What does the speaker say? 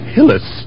Hillis